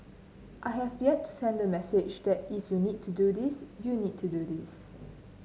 I have yet to send the message that if you need to do this you need to do this